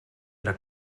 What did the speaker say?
era